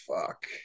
Fuck